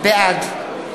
בעד